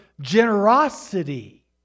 generosity